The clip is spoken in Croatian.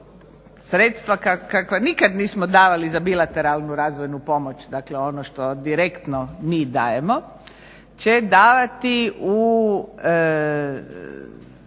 sredstva kakva nikad nismo davali za bilateralnu razvojnu pomoć, dakle ono što direktno mi dajemo, će davati u